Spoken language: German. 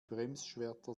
bremsschwerter